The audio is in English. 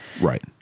Right